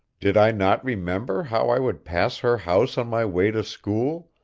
did i not remember how i would pass her house on my way to school,